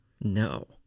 No